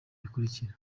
bikurikira